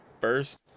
first